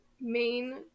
main